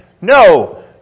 no